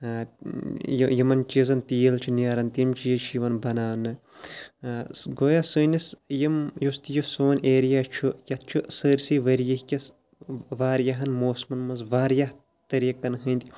یہِ یِمَن چیٖزَن تیٖل چھُ نیران تِم چیٖز چھِ یِوان بَناونہٕ سُہ گویا سٲنِس یِم یُس تہِ یُس سون ایریا چھُ یَتھ چھُ سٲرۍسٕے ؤریِکِس وایاہَن موسمَن منٛز واریاہ طریٖقَن ہٕنٛدۍ